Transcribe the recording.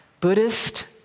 Buddhist